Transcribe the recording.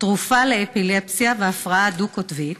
תרופה לאפילפסיה ולהפרעה דו-קוטבית.